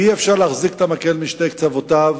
אי-אפשר להחזיק את המקל בשני קצותיו.